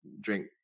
drink